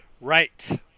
Right